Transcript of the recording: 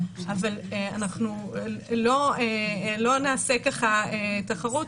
אבל אנחנו לא נעשה ככה תחרות,